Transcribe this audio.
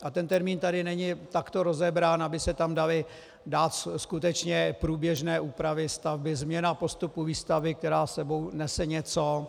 A ten termín tady není takto rozebrán, aby se tam daly dát skutečně průběžné úpravy stavby, změna postupu výstavby, která s sebou nese něco...